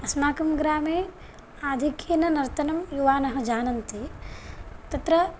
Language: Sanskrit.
अस्माकं ग्रामे आधिक्येन नर्तनं युवानः जानन्ति तत्र